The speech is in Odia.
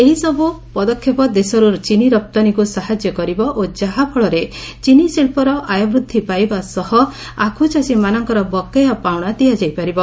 ଏହିସବୁ ପଦକ୍ଷେପ ଦେଶରୁ ଚିନି ରପ୍ତାନୀକୁ ସାହାଯ୍ୟ କରିବ ଓ ଯାହାଫଳରେ ଚିନି ଶିଳ୍ପର ଆୟ ବୃଦ୍ଧି ପାଇବା ସହ ଆଖୁଚାଷୀମାନଙ୍କର ବକେୟା ପାଉଣା ଦିଆଯାଇପାରିବ